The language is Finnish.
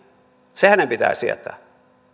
se hänen pitää sietää